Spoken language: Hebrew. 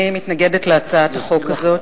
אני מתנגדת להצעת החוק הזאת.